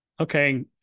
Okay